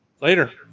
later